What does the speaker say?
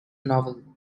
novel